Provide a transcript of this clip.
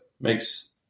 makes